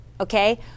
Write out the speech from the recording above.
Okay